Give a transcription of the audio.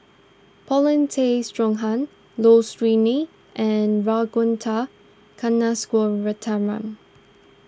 Paulin Tay Straughan Low Siew Nghee and Ragunathar Kanagasuntheram